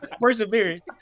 Perseverance